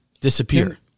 Disappear